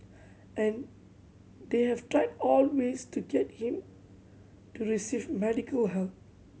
and they have tried all ways to get him to receive medical help